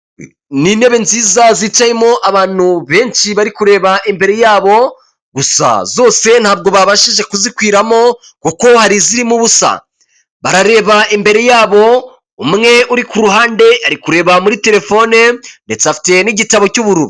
Ni intebe nziza zicayemo abantu benshi bari kureba imbere yabo, gusa zose ntabwo babashije kuzikwiramo kuko harizirimo ubusa, barareba imbere yabo umwe uri ku ruhande ari kureba muri telefone ndetse afite n'igitabo cy'ubururu.